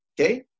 Okay